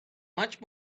much